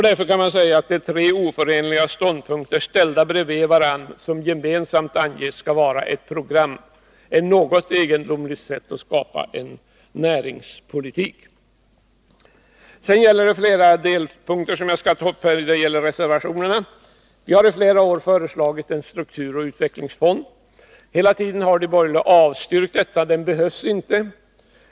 Därför kan man säga att det är tre oförenliga ståndpunkter ställda bredvid varandra och som gemensamt anges vara ett program. Det är ett något egendomligt sätt att skapa en näringspolitik. Jag övergår nu till att ta upp några delpunkter i reservationerna. Vi har under flera år föreslagit en strukturoch utvecklingsfond. Hela tiden har de borgerliga avstyrkt detta. Den behövs inte, anser de.